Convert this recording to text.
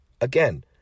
Again